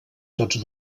tots